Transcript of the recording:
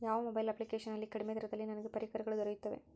ಯಾವ mobile application ನಲ್ಲಿ ಕಡಿಮೆ ದರದಲ್ಲಿ ನನಗೆ ಪರಿಕರಗಳು ದೊರೆಯುತ್ತವೆ?